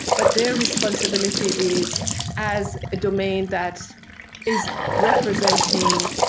but their responsibility is as a domain that is representing,